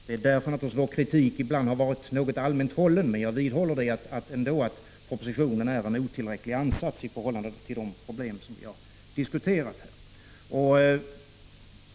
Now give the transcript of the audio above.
Det är naturligtvis därför som vår kritik ibland har varit något allmänt hållen, men jag vidhåller ändå att propositionen gör en otillräcklig ansats i förhållande till de problem som vi har diskuterat.